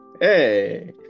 Hey